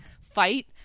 fight